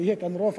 ויהיה כאן רוב,